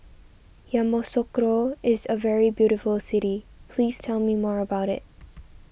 Yamoussoukro is a very beautiful city please tell me more about it